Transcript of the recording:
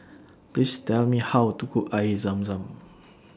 Please Tell Me How to Cook Air Zam Zam